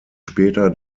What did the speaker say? später